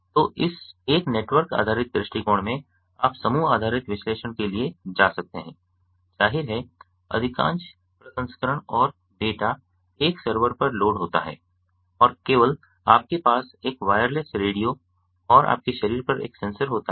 तो इस एक नेटवर्क आधारित दृष्टिकोण में आप समूह आधारित विश्लेषण के लिए जा सकते हैं जाहिर है अधिकांश प्रसंस्करण और डेटा एक सर्वर पर लोड होता है और केवल आपके पास एक वायरलेस रेडियो और आपके शरीर पर एक सेंसर होता है